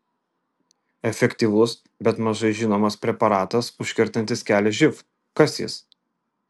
efektyvus bet mažai žinomas preparatas užkertantis kelią živ kas jis